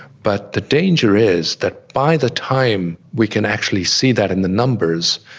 but the danger is that by the time we can actually see that in the numbers,